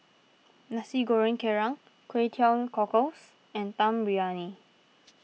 Nasi Goreng Kerang Kway Teow Cockles and Dum Briyani